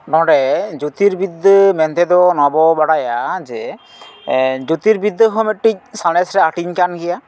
ᱱᱚᱰᱮ ᱡᱳᱛᱤᱨᱵᱤᱫᱽᱫᱟᱹ ᱢᱮᱱᱛᱮᱫᱚ ᱱᱚᱣᱟ ᱵᱚ ᱵᱟᱲᱟᱭᱟ ᱡᱮ ᱡᱳᱛᱤᱨᱵᱤᱫᱽᱫᱟᱹ ᱦᱚᱸ ᱢᱤᱫᱴᱤᱱ ᱥᱟᱬᱮᱥᱨᱮᱭᱟᱜ ᱦᱟᱹᱴᱤᱧ ᱠᱟᱱ ᱜᱮᱭᱟ